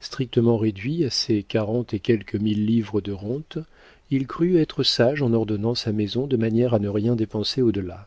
strictement réduit à ses quarante et quelques mille livres de rente il crut être sage en ordonnant sa maison de manière à ne rien dépenser au delà